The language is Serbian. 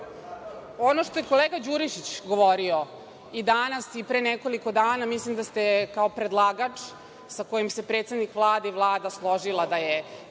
ono što je kolega Đurišić govorio i danas i pre nekoliko dana, mislim da ste kao predlagač sa kojim se predsednik Vlade i Vlada složila, da je